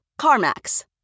CarMax